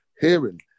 hearing